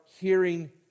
hearing